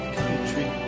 country